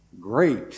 Great